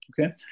okay